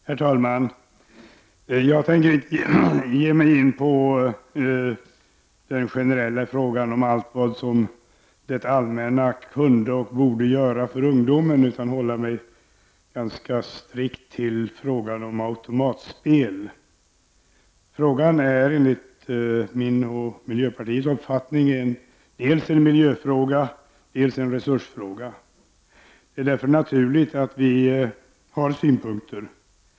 Herr talman! Jag tänker inte ge mig in på den generella frågan om allt som det allmänna kunde och borde göra för ungdomen, utan hålla mig ganska strikt till frågan om automatspel. Frågan är enligt min och miljöpartiets uppfattning dels en miljöfråga, dels en resursfråga. Det är därför naturligt att vi har synpunkter.